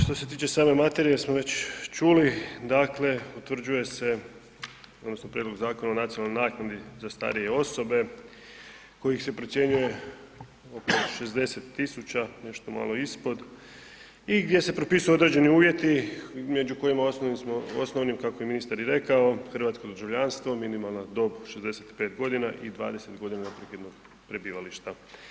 Što se tiče same materije smo već čuli, dakle utvrđuje se odnosno prijedlog Zakona o nacionalnoj naknadi za starije osobe kojih se procjenjuje oko 60 tisuća, nešto malo ispod i gdje se propisuju određeni uvjeti među kojima osnovnim kako je ministar i rekao, hrvatsko ... minimalna dob 65 godina i 20 godina ... prebivališta.